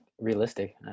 realistic